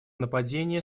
нападения